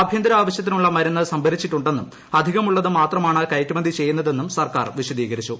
ആഭ്യന്തര ആവശ്യത്തിനുള്ള മരുന്ന് സംഭരിച്ചിട്ടുണ്ടെന്നും അധികമുള്ളത് മാത്രമാണ് കയറ്റുമതി ചെയ്യുന്നതെന്നും സർക്കാർ വിശദീകരിച്ചു